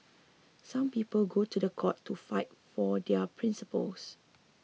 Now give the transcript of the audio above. some people go to the court to fight for their principles